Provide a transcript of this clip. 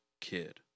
kid